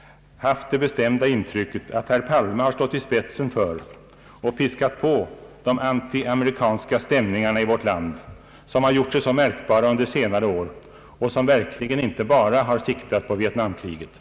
— det bestämda intrycket att herr Palme har stått i speisen för och piskat på de anti-amerikanska stämningarna i vårt land, som har gjort sig så märkbara under senare år och som verkligen inte bara har siktat på Vietnamkriget.